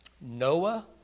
Noah